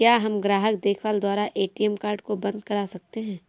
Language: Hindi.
क्या हम ग्राहक देखभाल द्वारा ए.टी.एम कार्ड को बंद करा सकते हैं?